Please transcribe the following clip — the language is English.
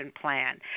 plan